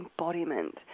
embodiment